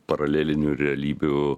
paralelinių realybių